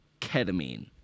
ketamine